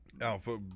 Alpha